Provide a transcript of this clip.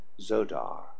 Zodar